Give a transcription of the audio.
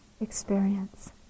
experience